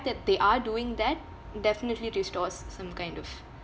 that they are doing that definitely restores some kind of